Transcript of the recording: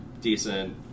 decent